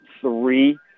three